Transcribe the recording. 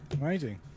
Amazing